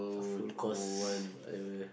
a full course whatever